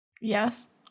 Yes